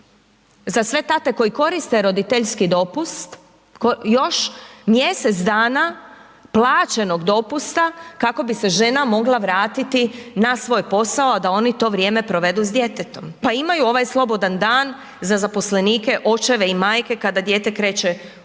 za sve tate koji koriste roditeljski dopust još mjesec dana plaćenog dopusta kako bi se žena mogla vratiti na svoj posao, a da oni to vrijeme provedu s djetetom, pa imaju ovaj slobodan dan za zaposlenike očeve i majke kada dijete kreće u